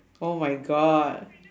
oh my god